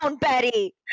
Betty